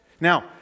Now